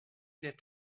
des